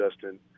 Justin